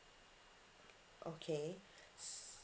okay